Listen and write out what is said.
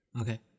Okay